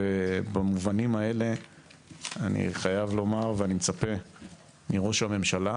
ובמובנים האלה אני חייב לומר שאני מצפה מראש הממשלה